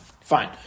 fine